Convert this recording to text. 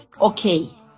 okay